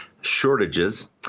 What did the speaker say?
shortages